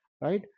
right